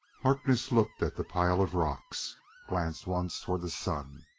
harkness looked at the pile of rocks glanced once toward the sun.